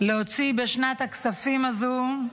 להוציא בשנת הכספים הזו,